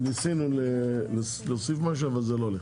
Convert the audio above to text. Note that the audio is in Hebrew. ניסינו להוסיף משהו, אבל זה לא הולך.